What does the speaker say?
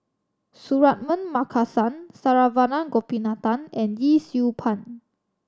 Suratman Markasan Saravanan Gopinathan and Yee Siew Pun